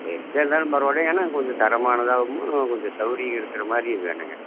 சரி எக்ஸ்ட்ரா இருந்தாலும் பரவாயில்லை ஆனால் எனக்கும் கொஞ்சம் தரமானதாகவும் கொஞ்சம் சவுகரியம் இருக்கிற மாதிரியும் வேணுங்க